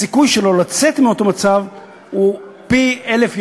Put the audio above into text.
הסיכוי שלו לצאת מאותו מצב גדול פי-אלף.